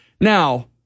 Now